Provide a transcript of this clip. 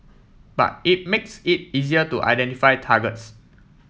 but it makes it easier to identify targets